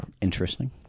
Interesting